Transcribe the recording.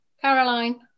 Caroline